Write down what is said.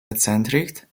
eccentric